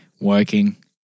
Working